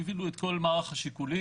ויפעילו את כל מערך השיקולים.